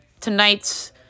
tonight's